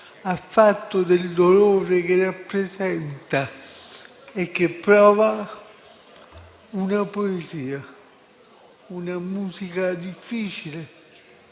ha fatto del dolore che rappresenta e che prova una poesia, una musica difficile